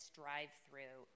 drive-through